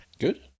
Good